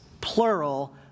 plural